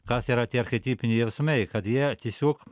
kas yra tiek archetipiniai jausmai kad jie tiesiog